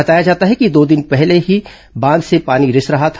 बताया जाता है कि दो दिन पहले से ही बांध से पानी रिस रहा था